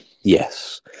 Yes